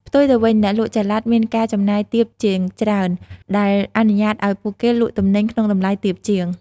ផ្ទុយទៅវិញ អ្នកលក់ចល័តមានការចំណាយទាបជាងច្រើន ដែលអនុញ្ញាតឲ្យពួកគេលក់ទំនិញក្នុងតម្លៃទាបជាង។